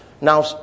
Now